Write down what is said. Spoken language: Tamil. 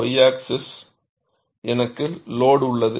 Y ஆக்ஸிஸ் எனக்கு லோடு உள்ளது